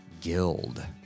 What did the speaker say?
guild